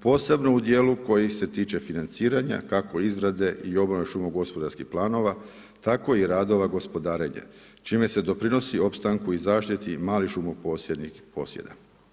posebno u djelu koji se tiče financiranja, kako izrade i obnova šumo gospodarskih planova, tako i radova gospodarenja, čime se doprinosi opstanku i zaštiti malih šumo posjednih posjeda.